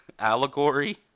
Allegory